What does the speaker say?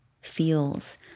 feels